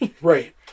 right